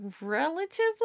Relatively